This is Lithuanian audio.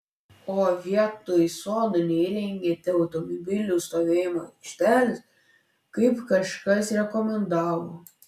o vietoj sodo neįrengėte automobilių stovėjimo aikštelės kaip kažkas rekomendavo